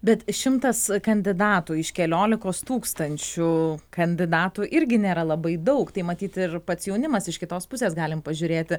bet šimtas kandidatų iš keliolikos tūkstančių kandidatų irgi nėra labai daug tai matyt ir pats jaunimas iš kitos pusės galim pažiūrėti